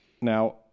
now